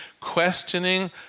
questioning